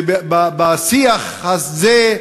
ובשיח הזה,